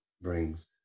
brings